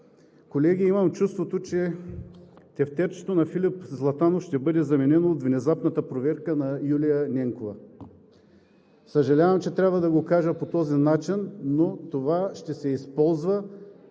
Колеги, имам чувството, че тефтерчето на Филип Златанов ще бъде заменено от внезапната проверка на Юлия Ненкова. Съжалявам, че трябва да го кажа по този начин, но това ще се използва